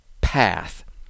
path